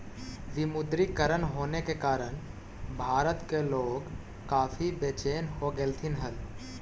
विमुद्रीकरण होने के कारण भारत के लोग काफी बेचेन हो गेलथिन हल